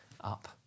up